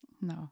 No